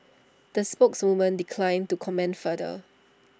the spokeswoman declined to comment further